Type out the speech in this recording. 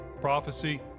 prophecy